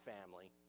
family